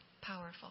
powerful